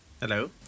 Hello